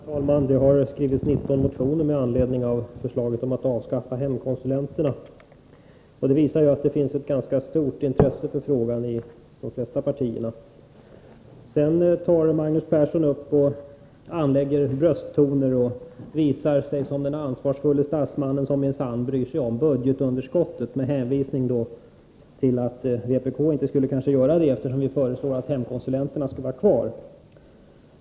Herr talman! Det har skrivits 19 motioner med anledning av förslaget att avskaffa hemkonsulenterna. Det visar att det i de flesta partier finns ett ganska stort intresse för frågan. Magnus Persson anlägger brösttoner och visar sig som den ansvarsfulle statsmannen som minsann bryr sig om budgetunderskottet, med hänvisning till att vpk kanske inte skulle göra det, eftersom vpk föreslår att hemkonsulenterna skall vara kvar.